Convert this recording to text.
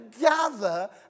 gather